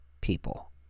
people